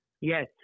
Yes